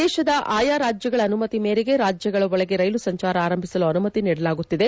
ದೇಶದ ಆಯಾ ರಾಜ್ಗಗಳ ಆನುಮತಿ ಮೇರೆಗೆ ರಾಜ್ಗಗಳ ಒಳಗೆ ರೈಲು ಸಂಚಾರ ಆರಂಭಿಸಲು ಅನುಮತಿ ನೀಡಲಾಗುತ್ತಿದೆ